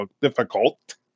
difficult